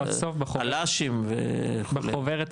בסוף בחוברת הכחולה,